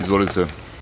Izvolite.